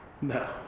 No